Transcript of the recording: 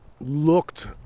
looked